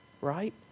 right